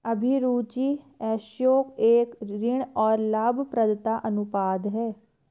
अभिरुचि रेश्यो एक ऋण और लाभप्रदता अनुपात है